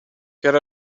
get